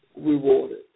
rewarded